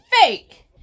fake